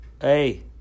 hey